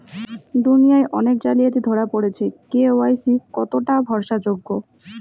দুনিয়ায় অনেক জালিয়াতি ধরা পরেছে কে.ওয়াই.সি কতোটা ভরসা যোগ্য?